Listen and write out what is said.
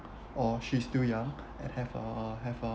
or she is still young and have a have a